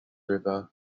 river